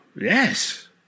yes